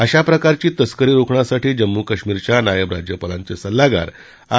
अशा प्रकारची तस्करी रोखण्यासाठी जम्मू कश्मीरच्या नायब राज्यपालांचे सल्लागार आर